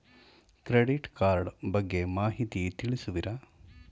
Credit card ಬಗ್ಗೆ ಮಾಹಿತಿ ತಿಳಿಸುವಿರಾ?